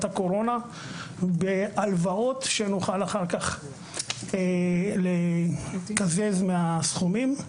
הקורונה בהלוואות שנוכל אחר כך לקזז מהסכומים.